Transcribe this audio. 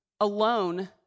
alone